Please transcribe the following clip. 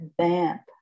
vamp